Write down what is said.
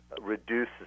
reduce